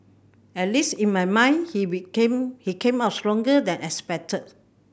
at least in my mind he became he come out stronger than expected